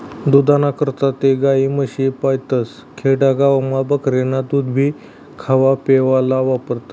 दूधना करता ते गायी, म्हशी पायतस, खेडा गावमा बकरीनं दूधभी खावापेवाले वापरतस